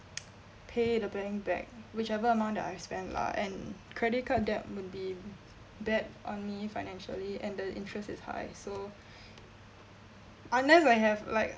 pay the bank back whichever amount that I spent lah and credit card debt would be bad on me financially and the interest is high so unless I have like